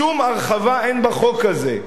שום הרחבה אין בחוק הזה.